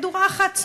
למדורה אחת צנועה,